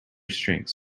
strengths